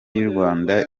y’urwanda